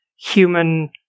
human